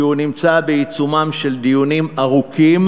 כי הוא נמצא בעיצומם של דיונים ארוכים,